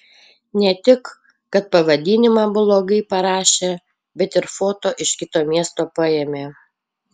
ne tik kad pavadinimą blogai parašė bet ir foto iš kito miesto paėmė